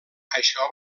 això